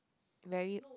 very